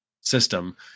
system